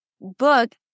book